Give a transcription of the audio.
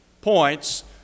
points